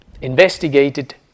investigated